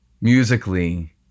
musically